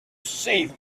save